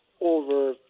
over